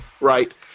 right